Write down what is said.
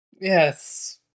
Yes